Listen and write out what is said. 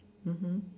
mmhmm